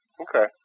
Okay